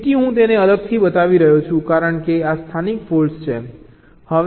તેથી હું તેને અલગથી બતાવી રહ્યો છું કારણ કે આ સ્થાનિક ફોલ્ટ્સ છે